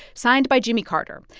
signed by jimmy carter.